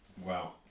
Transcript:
Wow